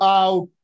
out